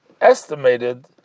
estimated